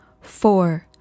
four